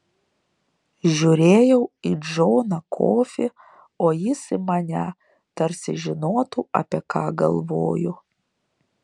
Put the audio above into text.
žiūrėjau į džoną kofį o jis į mane tarsi žinotų apie ką galvoju